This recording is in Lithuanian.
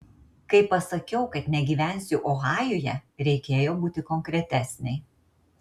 kai pasakiau kad negyvensiu ohajuje reikėjo būti konkretesnei